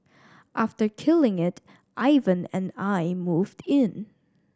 after killing it Ivan and I moved in